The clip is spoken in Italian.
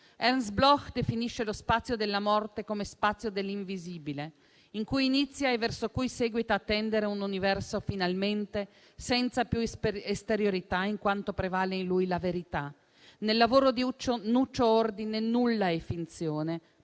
Ernst Bloch definisce lo spazio della morte come spazio dell'invisibile in cui inizia e verso cui seguita a tendere un universo finalmente senza più esteriorità in quanto prevale in lui la verità. Nel lavoro di Nuccio Ordine nulla è finzione,